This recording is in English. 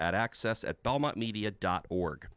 at access at belmont media dot org